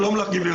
שלום לך גבירתי,